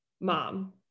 mom